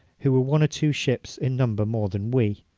who were one or two ships in number more than we.